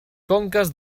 conques